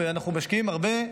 ואנחנו משקיעים הרבה,